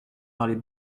parlait